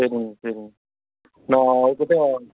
சரிங்க சரிங்க நான் உங்கக்கிட்ட